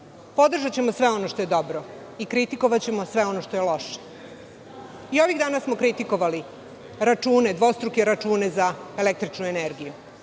podržaćemo sve ono što je dobro i kritikovaćemo sve ono što je loše. I ovih dana smo kritikovali dvostruke račune za električnu energiju.